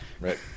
Right